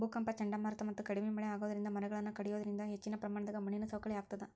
ಭೂಕಂಪ ಚಂಡಮಾರುತ ಮತ್ತ ಕಡಿಮಿ ಮಳೆ ಆಗೋದರಿಂದ ಮರಗಳನ್ನ ಕಡಿಯೋದರಿಂದ ಹೆಚ್ಚಿನ ಪ್ರಮಾಣದಾಗ ಮಣ್ಣಿನ ಸವಕಳಿ ಆಗ್ತದ